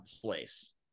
place